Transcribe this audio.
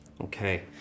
Okay